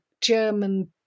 German